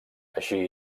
així